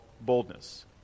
boldness